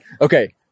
okay